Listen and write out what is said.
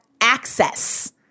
access